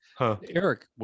Eric